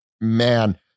man